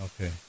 Okay